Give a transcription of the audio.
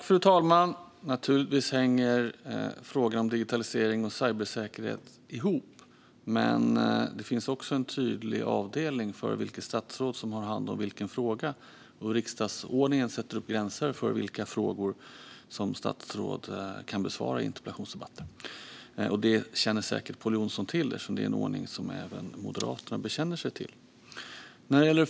Fru talman! Naturligtvis hänger frågorna om digitalisering och cybersäkerhet ihop, men det finns också en tydlig avdelning för vilket statsråd som har hand om vilken fråga. Riksdagsordningen sätter gränser för vilka frågor som statsråd kan besvara i interpellationsdebatter. Det känner säkert Pål Jonson till eftersom det är en ordning som även Moderaterna bekänner sig till.